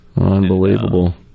Unbelievable